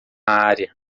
área